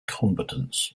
combatants